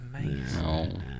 Amazing